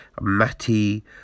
Matty